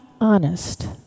honest